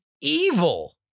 evil